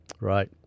right